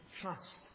trust